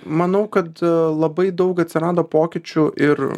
manau kad labai daug atsirado pokyčių ir